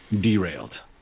derailed